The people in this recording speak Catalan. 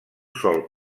sol